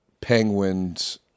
penguins